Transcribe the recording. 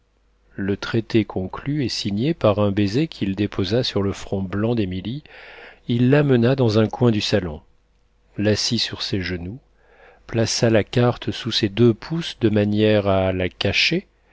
le traité conclu et signé par un baiser qu'il déposa sur le front blanc d'émilie il l'amena dans un coin du salon l'assit sur ses genoux plaça la carte sous ses deux pouces de manière à la cacher